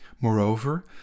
Moreover